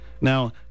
Now